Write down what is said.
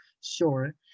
sure